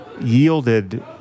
yielded